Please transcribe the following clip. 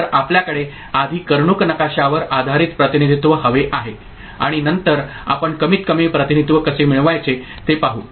तर आपल्याकडे आधी कर्णूक नकाशावर आधारित प्रतिनिधित्त्व हवे आहे आणि नंतर आपण कमीतकमी प्रतिनिधित्व कसे मिळवायचे ते पाहू